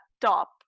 top